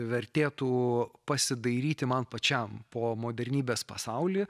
vertėtų pasidairyti man pačiam po modernybės pasaulį